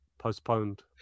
postponed